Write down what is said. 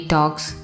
Talks